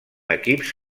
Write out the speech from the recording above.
equips